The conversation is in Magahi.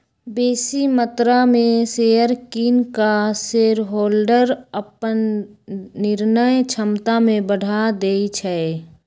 बेशी मत्रा में शेयर किन कऽ शेरहोल्डर अप्पन निर्णय क्षमता में बढ़ा देइ छै